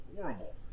horrible